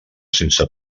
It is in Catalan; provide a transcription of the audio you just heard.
sense